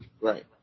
Right